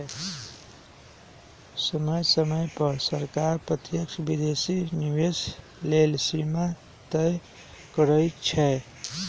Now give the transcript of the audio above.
समय समय पर सरकार प्रत्यक्ष विदेशी निवेश लेल सीमा तय करइ छै